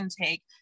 intake